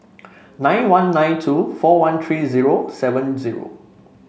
nine one nine two four one three zero seven zero